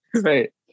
Right